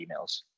emails